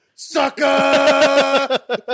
Sucker